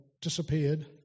disappeared